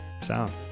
sound